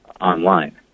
online